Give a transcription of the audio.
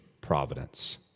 providence